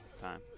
time